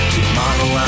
Tomorrow